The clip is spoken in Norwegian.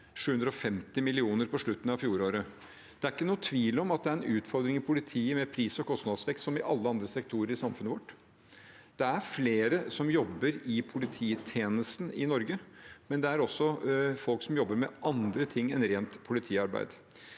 750 mill. kr på slutten av fjoråret. Det er ikke noen tvil om at det er en utfordring i politiet med pris- og kostnadsvekst, som i alle andre sektorer i samfunnet vårt. Det er flere som jobber i polititjenesten i Norge, men det er også folk som jobber med andre ting enn rent politiarbeid.